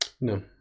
no